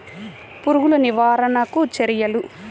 పురుగులు నివారణకు చర్యలు?